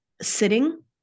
sitting